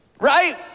Right